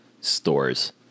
stores